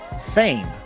Fame